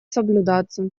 соблюдаться